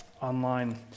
online